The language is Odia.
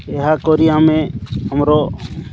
ଏହା କରି ଆମେ ଆମର